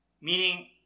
Meaning